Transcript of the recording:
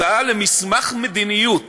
הצעה למסמך מדיניות